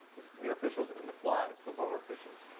the senior officials, and the flies, the lower officials.